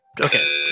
okay